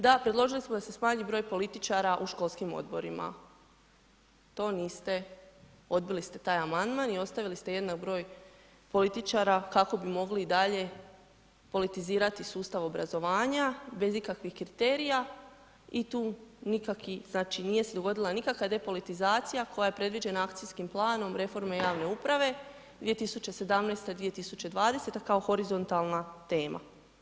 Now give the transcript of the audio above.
Da, predložili smo da se smanji broj političara u školskim odborima, to niste, odbili ste taj amandman i ostavili ste jednak broj političara kako bi mogli i dalje politizirati sustav obrazovanja bez ikakvih kriterija i tu nikaki, znači nije se dogodila nikakva depolitizacija koja je predviđena akcijskim planom reforme javne uprave 2017.-2020. kao horizontalna tema.